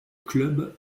club